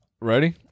Ready